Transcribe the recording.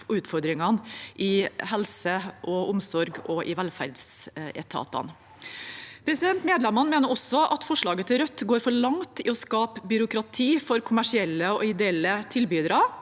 utfordringene i helse og omsorg og i velferdsetatene. Medlemmene mener også at forslaget til Rødt går for langt i å skape byråkrati for kommersielle og ideelle tilbydere,